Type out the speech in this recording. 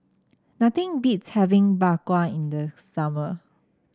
nothing beats having Bak Kwa in the summer